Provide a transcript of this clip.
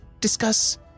discuss